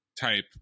Type